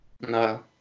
No